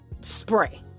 spray